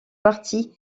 parti